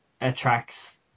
attracts